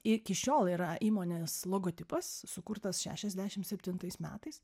iki šiol yra įmonės logotipas sukurtas šešiasdešim septintais metais